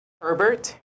Herbert